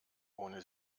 ohne